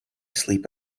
sleep